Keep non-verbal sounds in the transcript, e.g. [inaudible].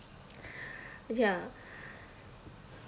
[breath] ya